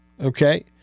Okay